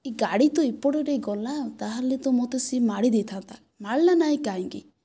କି ଗାଡ଼ି ତ ଏପଟ ବାଟେ ଗଲା ତାହେଲେ ତ ମୋତେ ସିଏ ମାଡ଼ି ଦେଇଥାନ୍ତା ମାଡ଼୍ଲା ନାହିଁ କାହିଁକି